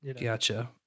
Gotcha